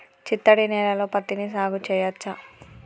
చిత్తడి నేలలో పత్తిని సాగు చేయచ్చా?